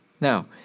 now